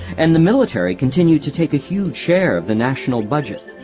and the military continued to take a huge share of the national budget.